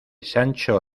sancho